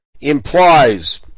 implies